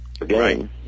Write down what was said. Right